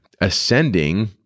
ascending